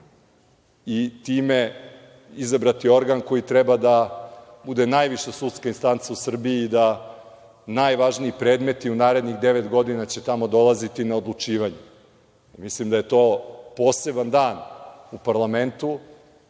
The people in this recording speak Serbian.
i time izabrati organ koji treba da bude najviša sudska instanca u Srbiji i najvažniji predmeti u narednih devet godina će tamo dolaziti na odlučivanje. Mislim da je to poseban dan u parlamentu